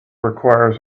requires